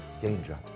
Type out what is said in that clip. danger